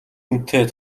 үнэтэй